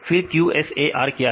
फिर QSAR क्या है